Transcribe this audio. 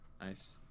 Nice